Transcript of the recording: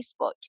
Facebook